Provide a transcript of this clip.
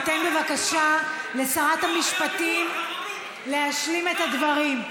תיתן בבקשה לשרת המשפטים להשלים את הדברים.